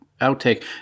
outtake